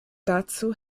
dazu